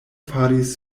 faris